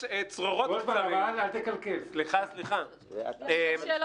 זה כשהם כבר